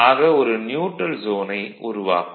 ஆக ஒரு நியூட்ரல் ஜோனை உருவாக்கும்